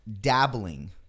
dabbling